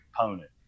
component